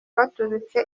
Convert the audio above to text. baturutse